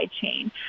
chain